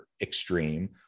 extreme